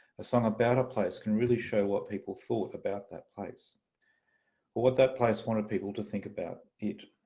a song about a place can really show what people thought about that place or what that place wanted people to think about it.